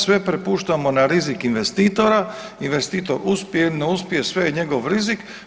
Sve prepuštamo na rizik investitora, investitor uspije ili ne uspije sve je njegov rizik.